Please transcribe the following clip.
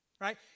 right